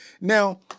now